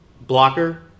blocker